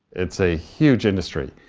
it's a huge industry.